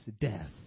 death